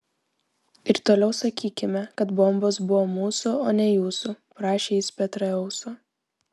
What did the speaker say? ir toliau sakykime kad bombos buvo mūsų o ne jūsų prašė jis petraeuso